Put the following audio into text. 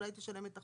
אולי תשלם את החוב,